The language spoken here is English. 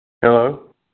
Hello